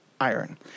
iron